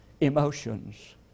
emotions